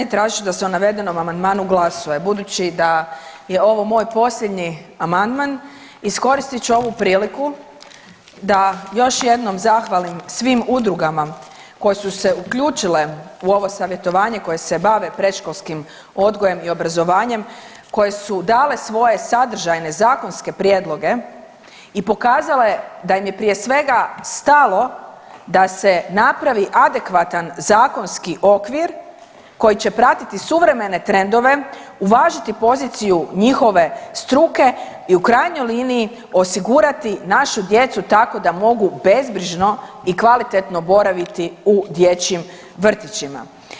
Tražit ću da se o navedenom amandmanu glasuje budući da je ovo moj posljednji amandman iskoristit ću ovu priliku da još jednom zahvalim svim udrugama koje su se uključile u ovo savjetovanje koje se bave predškolskim odgojem i obrazovanjem, koje su dale svoje sadržajne zakonske prijedloge i pokazale da im je prije svega stalo da se napravi adekvatan zakonski okvir koji će pratiti suvremene trendove, uvažiti poziciju njihove struke i u krajnjoj liniji osigurati našu djecu tako da mogu bezbrižno i kvalitetno boraviti u dječjim vrtićima.